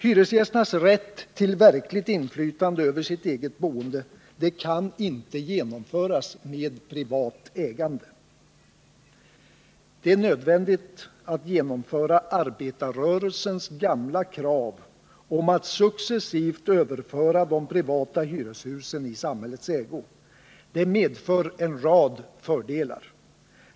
Hyresgästernas rätt till verkligt inflytande över sitt eget boende kan inte genomföras med privat ägande. Det är nödvändigt att genomföra arbetarrörelsens gamla krav på att successivt överföra de privata hyreshusen i samhällets ägo. Detta medför en rad fördelar.